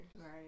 Right